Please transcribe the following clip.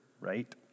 right